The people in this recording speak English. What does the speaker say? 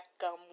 gum